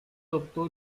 adoptó